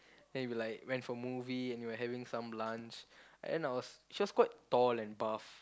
then we like went for movie and we were having some lunch and I was she was quite tall and buff